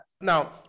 now